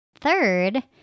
Third